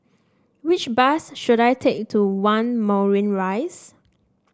which bus should I take to One Moulmein Rise